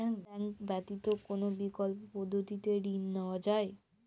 Bank ব্যতিত কোন বিকল্প পদ্ধতিতে ঋণ নেওয়া যায়?